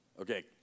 Okay